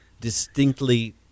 distinctly